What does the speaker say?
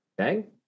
Okay